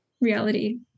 reality